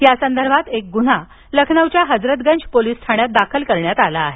यासंदर्भात एक गुन्हा लखनौच्या हजरतगंत पोलीस ठाण्यात दाखल करण्यात आला आहे